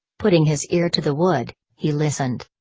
putting his ear to the wood, he listened.